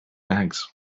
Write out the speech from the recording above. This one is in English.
eggs